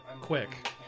Quick